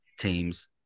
teams